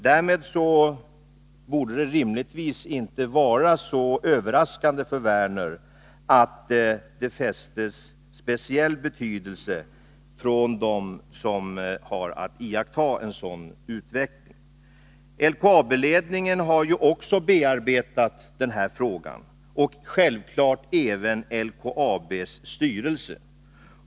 Därmed borde det rimligtvis inte vara så överraskande för Lars Werner att det tillmäts speciell betydelse vad som sägs av dem som har att iaktta en sådan utveckling. LKAB-ledningen har ju också arbetat med den här frågan och självfallet också LKAB:s styrelse.